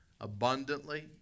abundantly